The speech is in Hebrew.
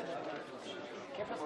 הפרת אמונים.